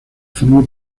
formó